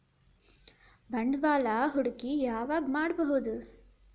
ಬಂಡವಾಳ ಹೂಡಕಿ ಯಾವಾಗ್ ಮಾಡ್ಬಹುದು?